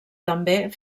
també